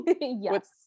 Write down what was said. Yes